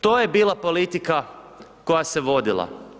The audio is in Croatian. To je bila politika koja se vodila.